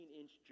inch